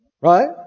Right